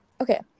Okay